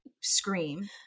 scream